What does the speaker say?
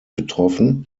betroffen